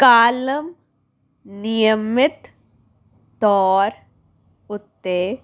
column ਨਿਯਮਿਤ ਤੌਰ ਉੱਤੇ